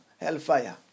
Hellfire